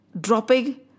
dropping